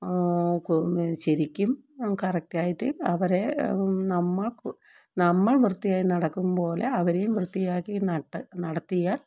ശരിക്കും നാം കറക്റ്റായിട്ട് അവരെ നമ്മൾ നമ്മൾ വൃത്തിയായി നടക്കും പോലെ അവരെയും വൃത്തിയാക്കി നട നടത്തിയാൽ